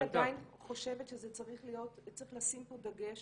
אני עדיין חושבת שצריך לשים פה דגש